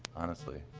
honestly.